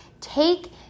Take